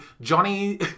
Johnny